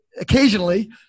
occasionally